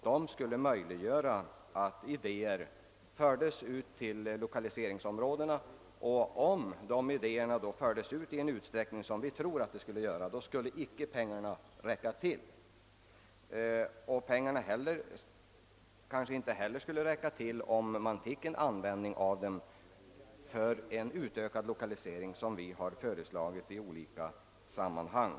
De skulle kunna möjliggöra att idéer fördes ut till lokaliseringsområdena. Om det skedde i den utsträckning som vi anser lämpligt skulle icke pengarna räcka till. Pengarna skulle kanske inte heller räcka till om man använde dem till den utökade lokalisering som vi har föreslagit i olika sammanhang.